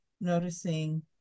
noticing